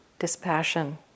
dispassion